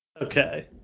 Okay